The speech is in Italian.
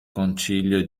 concilio